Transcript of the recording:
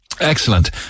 Excellent